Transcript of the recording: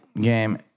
game